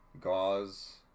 Gauze